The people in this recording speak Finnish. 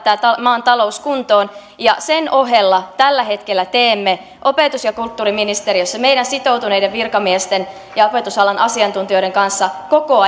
maan talous kuntoon sen ohella tällä hetkellä teemme opetus ja kulttuuriministeriössä meidän sitoutuneiden virkamiesten ja opetusalan asiantuntijoiden kanssa koko